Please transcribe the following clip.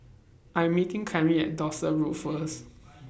I'm meeting Clemmie At Dorset Road First